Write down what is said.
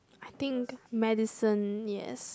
I think medicine yes